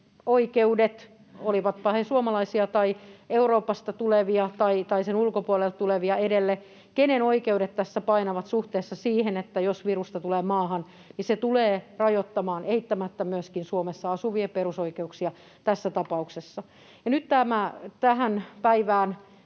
edelle, olivatpa he suomalaisia tai Euroopasta tulevia tai sen ulkopuolelta tulevia, eli kenen oikeudet tässä painavat suhteessa siihen, että jos virusta tulee maahan, niin se tulee rajoittamaan eittämättä myöskin Suomessa asuvien perusoikeuksia tässä tapauksessa. Nyt tämä tähän päivään